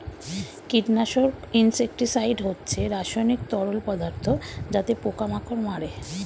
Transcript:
কীটনাশক ইনসেক্টিসাইড হচ্ছে রাসায়নিক তরল পদার্থ যাতে পোকা মাকড় মারে